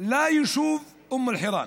ליישוב אום אל-חיראן